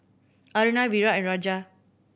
Aruna Virat and Raja